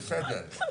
בסדר,